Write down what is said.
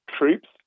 Troops